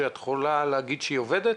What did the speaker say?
שאת יכולה להגיד שהיא עובדת?